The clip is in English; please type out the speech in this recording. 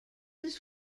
his